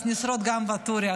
אז נשרוד גם את ואטורי,